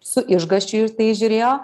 su išgąsčiu į tai žiūrėjo